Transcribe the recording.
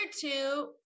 two